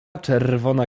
czerwona